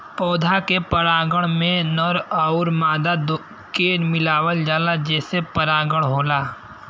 पौधा के परागण में नर आउर मादा के मिलावल जाला जेसे परागण होला